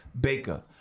Baker